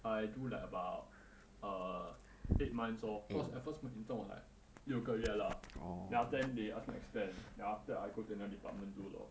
I do like about err eight months lor cause at first my intern was like 六个月 lah then after then they ask me to extend then after I go to another department do lor